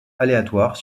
aléatoire